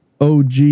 OG